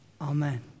Amen